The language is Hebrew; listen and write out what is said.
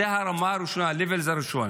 זאת הרמה הראשונה, ה-level הראשון.